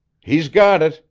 he's got it,